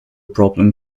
problem